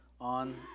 on